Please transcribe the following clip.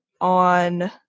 on